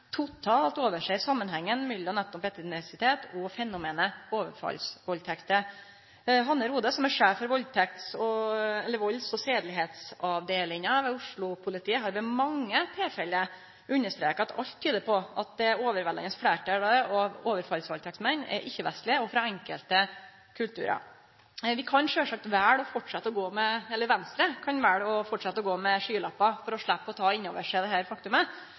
totalt overser samanhengen mellom etnisitet og fenomenet overfallsvaldtekter. Hanne Kristin Rhode, som er sjef for volds- og sedelighetsavdelingen ved Oslo-politiet, har ved mange tilfelle understreka at alt tyder på at det overveldande fleirtalet av overfallsvaldtektsmenn er ikkje-vestlege og frå enkelte kulturar. Venstre kan sjølvsagt velje å fortsetje å gå med skylappar for å sleppe å ta inn over seg dette faktumet, og det